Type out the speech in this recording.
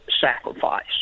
sacrifice